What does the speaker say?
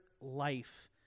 life